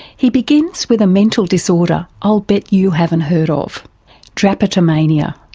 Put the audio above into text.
he begins with a mental disorder i'll bet you haven't heard of drapetomania.